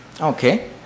Okay